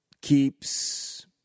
keeps